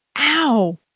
ow